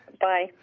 Bye